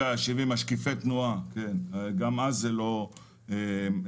היו משקיפי תנועה, גם אז זה לא צלח.